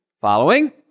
Following